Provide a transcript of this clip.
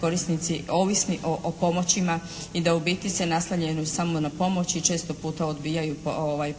korisnici ovisni o pomoćima i da u biti se naslanjaju samo na pomoći, često puta odbijaju